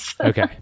okay